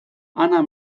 ana